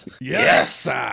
yes